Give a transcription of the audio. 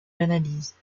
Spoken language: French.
l’analyse